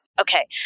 Okay